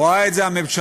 רואה את זה הממשלה,